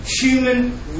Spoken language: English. human